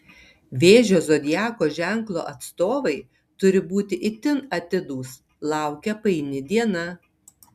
vėžio zodiako ženklo atstovai turi būti itin atidūs laukia paini diena